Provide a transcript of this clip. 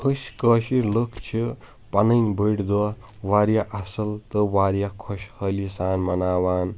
أسۍ کٲشِر لُکھ چھِ پنٕنۍ بٔڑۍ دۄہ واریاہ اصل تہٕ واریاہ خۄش حٲلی سان مناوان